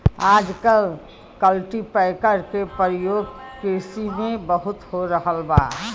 आजकल कल्टीपैकर के परियोग किरसी में बहुत हो रहल बा